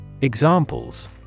Examples